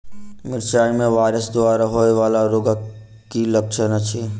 मिरचाई मे वायरस द्वारा होइ वला रोगक की लक्षण अछि?